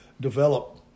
develop